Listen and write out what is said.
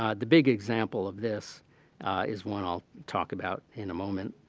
ah the big example of this is one i'll talk about in a moment.